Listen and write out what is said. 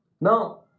Now